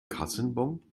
kassenbon